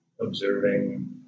observing